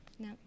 No